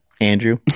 andrew